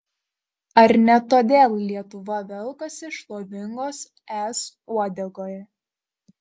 ar ne todėl lietuva velkasi šlovingos es uodegoje